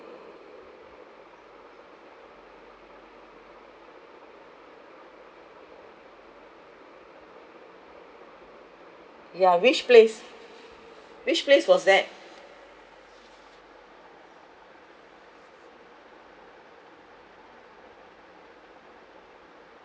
yeah which place which place was that